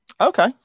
Okay